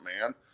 man